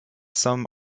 some